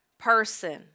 person